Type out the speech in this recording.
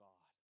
God